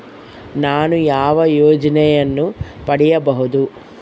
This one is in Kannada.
ನಾನು ಯಾವ ಯೋಜನೆಯನ್ನು ಪಡೆಯಬಹುದು?